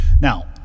Now